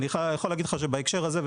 אני יכול להגיד לך שבהקשר הזה,